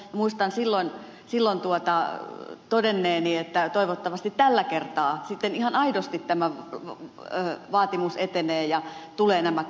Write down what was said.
muistan silloin todenneeni että toivottavasti tällä kertaa sitten ihan aidosti tämä vaatimus etenee ja tulevat nämä kampanjakatot